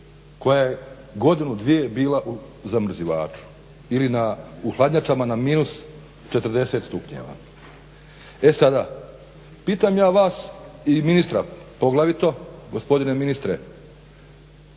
koja je godinu, dvije bila u zamrzivaču. Ili na, u hladnjačama na minus 40 stupnjeva. E sada, pitam ja vas i ministra poglavito, gospodine ministre,